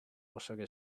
osage